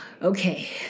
Okay